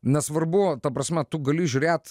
nesvarbu ta prasme tu gali žiūrėt